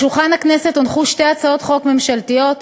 על שולחן הכנסת הונחו שתי הצעות חוק ממשלתיות: